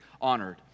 honored